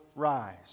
rise